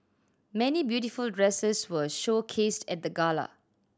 many beautiful dresses were showcased at the gala